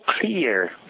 clear